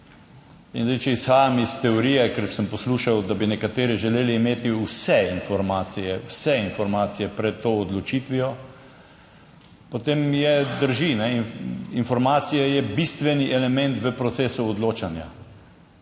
če izhajam iz teorije, ker sem poslušal, da bi nekateri želeli imeti vse informacije, vse informacije pred to odločitvijo, potem je, drži, informacija je bistveni element v procesu odločanja,